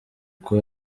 uko